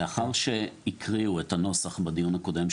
לאחר שהקריאו את הנוסח בדיון הקודם,